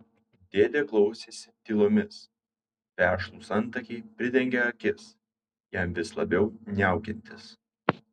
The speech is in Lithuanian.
dėdė klausėsi tylomis vešlūs antakiai pridengė akis jam vis labiau niaukiantis